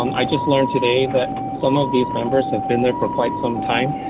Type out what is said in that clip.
um i just learned today that some of these members have been there for quite some time.